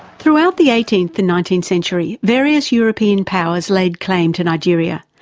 throughout the eighteenth and nineteenth centuries, various european powers laid claim to nigeria.